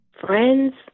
Friends